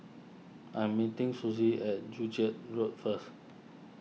I am meeting Sussie at Joo Chiat Road first